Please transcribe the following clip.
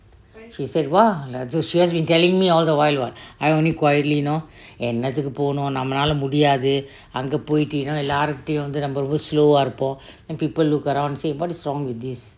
she said !wah! she has been telling me all the while [what] I only quietly you know ஏனாட்டுக்க்கே நம்ம போ நூ நம்ம நாள்லே முடியாது அங்கே போயி எல்லார்கியும் கிட்ட நம்பே ரொம்பே:ennatukke namma ponuu namma naale mudiyathu angge poyi ellaarkiyum kitta nambe rombe slow ah இருப்பும்:iruppum people look around say what is wrong with this